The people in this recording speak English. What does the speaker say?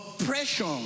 oppression